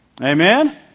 amen